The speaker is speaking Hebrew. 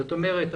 זאת אומרת,